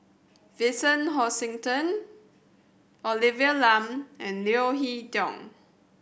Vincent Hoisington Olivia Lum and Leo Hee Tong